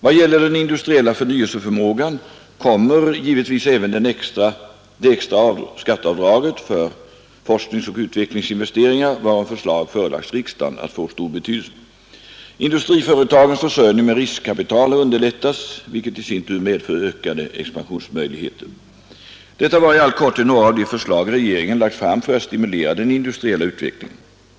Vad gäller den industriella förnyelseförmågan kommer givetvis även det extra skatteavdraget för FoU-investeringar, varom förslag förelagts riksdagen, att få stor betydelse. Industriföretagens försörjning med riskkapital har underlättats vilket i sin tur medför ökade expansionsmöjligheter. Detta var i all korthet några av de förslag regeringen lagt fram för att stimulera den industriella utvecklingen.